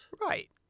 Right